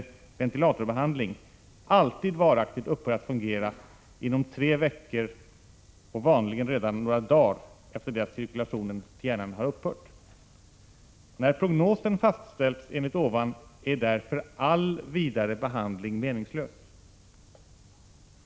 ventilatorbehandling alltid varaktigt upphör att fungera inom tre veckor och vanligen redan efter några dagar efter det att cirkulationen till hjärnan har upphört. När prognosen fastställts enligt ovan är därför all vidare behandling meningslös.